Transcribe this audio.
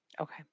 Okay